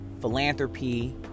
philanthropy